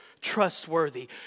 trustworthy